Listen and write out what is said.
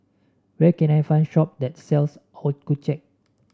where can I find a shop that sells Accucheck